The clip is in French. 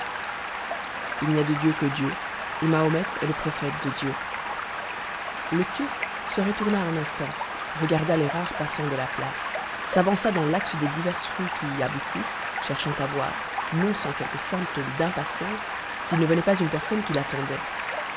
dieu le turc se retourna un instant regarda les rares passants de la place s'avança dans l'axe des diverses rues qui y aboutissent cherchant à voir non sans quelques symptômes d'impatience s'il ne venait pas une personne qu'il attendait